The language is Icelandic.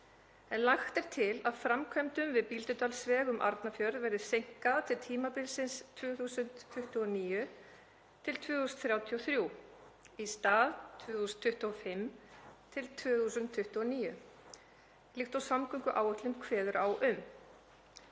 Lagt er til að framkvæmdum við Bíldudalsveg um Arnarfjörð verði seinkað til tímabilsins 2029–2033 í stað 2025–2029 líkt og samgönguáætlun kveður á um.